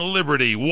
liberty